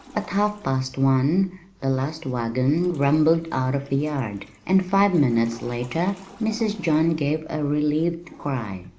at half-past one the last wagon rumbled out of the yard, and five minutes later mrs. john gave a relieved cry.